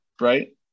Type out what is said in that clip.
right